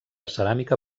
ceràmica